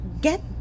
get